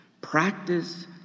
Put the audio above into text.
Practice